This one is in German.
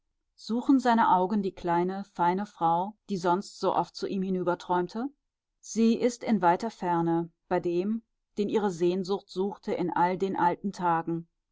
suchen seine augen die kleine feine frau die sonst so oft zu ihm hinüberträumte sie ist in weiter ferne bei dem den ihre sehnsucht suchte in all den alten tagen